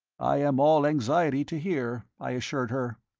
i am all anxiety to hear, i assured her.